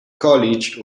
college